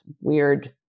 weird